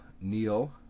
Neil